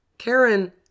Karen